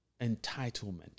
entitlement